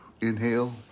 inhale